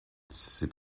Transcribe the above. c’est